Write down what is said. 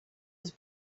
was